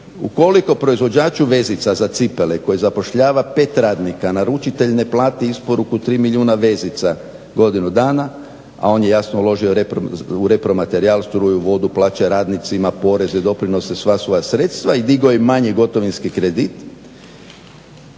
Ukoliko proizvođaču vezica za cipele koji zapošljava pet radnika naručitelj ne plati isporuku tri milijuna vezica godinu dana, a on je jasno uložio u repromaterijal, struju, vodu, plaće radnicima, poreze, doprinose, sva svoja sredstva i digao je manji gotovinski kredit